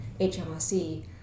HMRC